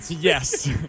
Yes